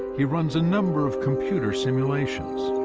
he runs a number of computer simulations.